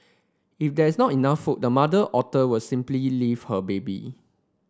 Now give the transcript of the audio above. if there is not enough food the mother otter will simply leave her baby